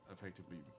effectively